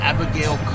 Abigail